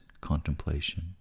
contemplation